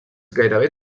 gairebé